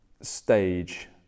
stage